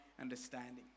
understanding